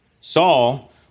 Saul